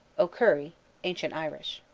o'curry ancient irish.